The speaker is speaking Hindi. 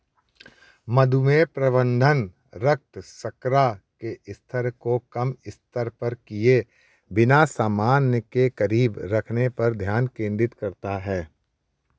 मधुमेह प्रबंधन रक्त शर्करा के स्तर को कम स्तर पर किए बिना सामान्य के करीब रखने पर ध्यान केंद्रित करता है